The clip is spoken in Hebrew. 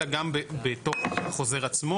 אלא גם בתוך החוזר עצמו.